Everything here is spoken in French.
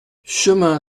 chemin